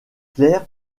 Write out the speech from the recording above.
clair